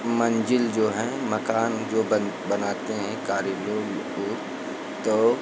मंजिल जो हैं मकान जो बन बनाते हैं कारीगर लोग तो